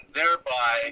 thereby